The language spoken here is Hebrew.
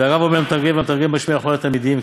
והרב אומר למתרגם והמתרגם משמיע לכל התלמידים.